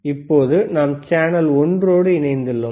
இப்போது நாம் சேனல் ஒன்றோடு இணைத்துள்ளோம்